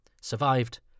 survived